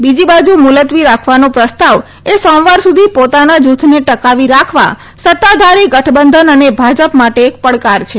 બીજી બાજુ મુલતવી રાખવાનો પ્રસ્તાવ એ સોમવાર સુધી ોતાના જુથને ટકાવી રાખવા સત્તાધારી ગઠબંધન અને ભાજી માટે એક ી ડકાર છે